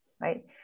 right